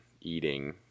eating